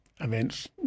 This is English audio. events